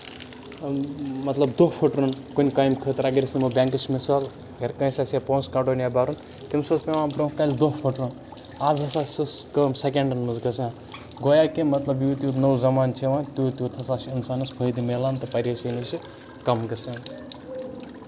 مطلب دۄہ پھٹراوُن کُنہِ کامہِ خٲطرٕ اَگر أسۍ نِمو بینکٔچ مِثال اگر کٲنسہِ آسہِ یا پونٛسہٕ کَڑُن یا بَرُن تٔمِس اوس پیوان دۄہ کالہِ دۄہ پھٹراوُن اَز ہسا چھِ ُہ کٲم سیکینڈن منٛز گژھان گویا کہِ مطلب یوٗت یوٗت نٔو زَمانہٕ چھُ یِوان تیوٗت تیوٗت ہسا چھُ اِنسانس فٲیدٕ مِلان تہٕ پَریشٲنی اَسہِ کَم گژھان